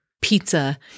pizza